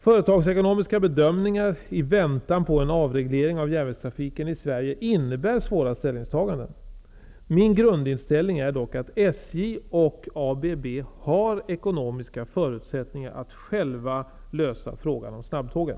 Företagsekonomiska bedömningar i väntan på en avreglering av järnvägstrafiken i Sverige innebär svåra ställningstaganden. Min grundinställning är dock att SJ och ABB har ekonomiska förutsättningar att själva lösa frågan om snabbtågen.